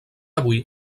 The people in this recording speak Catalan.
avui